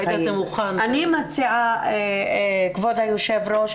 אני מציעה כבוד היו"ר,